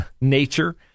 nature